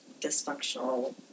dysfunctional